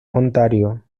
ontario